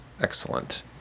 excellent